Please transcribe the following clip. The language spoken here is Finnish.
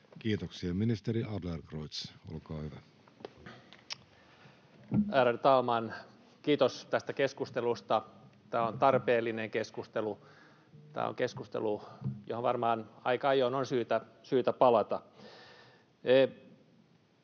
Kiitoksia. — Ministeri Adlercreutz, olkaa hyvä. Ärade talman! Kiitos tästä keskustelusta. Tämä on tarpeellinen keskustelu. Tämä on keskustelu, johon varmaan aika ajoin on syytä palata.